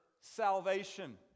salvation